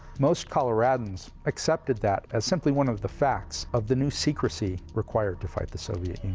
most coloradans accepted that as simply one of the facts of the new secrecy required to fight the soviet